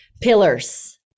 pillars